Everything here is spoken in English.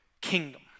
kingdom